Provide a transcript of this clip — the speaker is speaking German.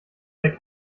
der